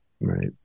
Right